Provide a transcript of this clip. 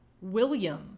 william